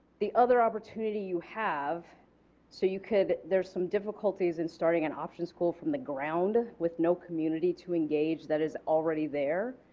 the other opportunity you have so you could, there's some difficulties and starting the and option school from the ground with no community to engage that is already there.